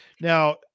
Now